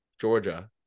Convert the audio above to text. Georgia